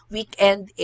Weekend